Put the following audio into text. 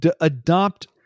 adopt